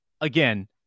again